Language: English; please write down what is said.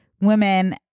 women